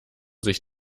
sich